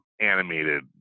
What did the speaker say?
animated